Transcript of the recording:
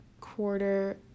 quarter